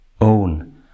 own